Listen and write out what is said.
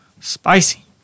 Spicy